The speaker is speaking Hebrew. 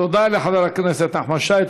תודה לחבר הכנסת נחמן שי.